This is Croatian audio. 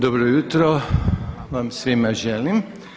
Dobro jutro vam svima želim.